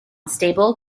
stable